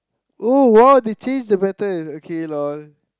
oh !wow! they change the battle okay lol